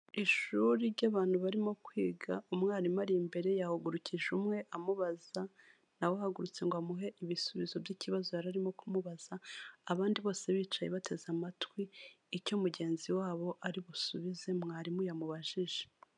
Ishuri ry'abantu barimo kwiga, umwarimu ari imbere yahagurukije umwe amubaza nawe ahagurutse ngo amuhe ibisubizo by'ikibazo yari arimo kumubaza, abandi bose bicaye bateze amatwi icyo mugenzi wabo ari busubize mwarimu yamubajije.